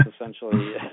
essentially